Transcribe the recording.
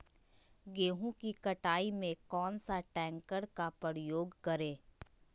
गेंहू की कटाई में कौन सा ट्रैक्टर का प्रयोग करें?